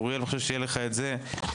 אוריאל, אני חושב שיהיה לך את זה בוועדה.